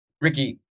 Ricky